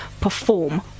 perform